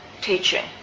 teaching